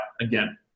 again